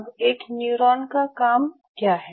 अब एक न्यूरॉन का काम क्या है